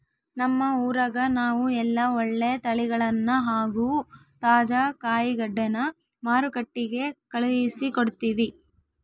ನಮ್ಮ ಊರಗ ನಾವು ಎಲ್ಲ ಒಳ್ಳೆ ತಳಿಗಳನ್ನ ಹಾಗೂ ತಾಜಾ ಕಾಯಿಗಡ್ಡೆನ ಮಾರುಕಟ್ಟಿಗೆ ಕಳುಹಿಸಿಕೊಡ್ತಿವಿ